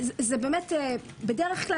אז זה בדרך כלל,